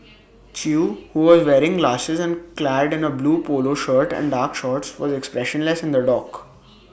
chew who was wearing glasses and clad in A blue Polo shirt and dark shorts was expressionless in the dock